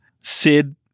sid